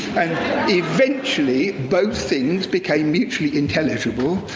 eventually, both things became mutually intelligible,